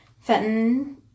fenton